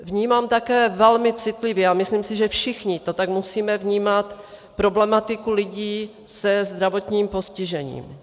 A vnímám také velmi citlivě, a myslím si, že všichni to tak musíme vnímat, problematiku lidí se zdravotním postižením.